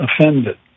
offended